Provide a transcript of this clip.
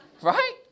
Right